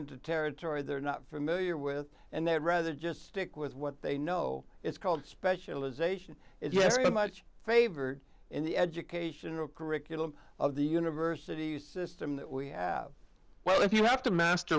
into territory they're not familiar with and they'd rather just stick with what they know it's called specialization if you ask them much favored in the educational curriculum of the universities system that we have well if you have to master